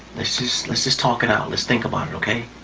lets just lets just talk it out, lets think about it, okay?